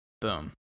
Boom